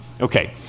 Okay